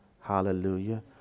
Hallelujah